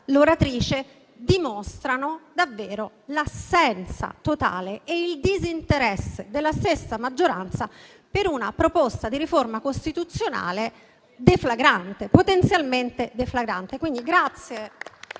l'oratrice), dimostrano davvero l'assenza totale e il disinteresse della stessa maggioranza per una proposta di riforma costituzionale potenzialmente deflagrante.